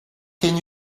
can